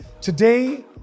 Today